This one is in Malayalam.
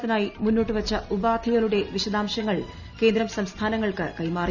ത്തിനായി മുന്നോട്ടുവച്ച് ഉപാധികളുടെ വിശദാംശങ്ങൾ കേന്ദ്രം സംസ്ഥാനങ്ങൾക്ക് കൈമാറി